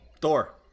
thor